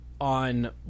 on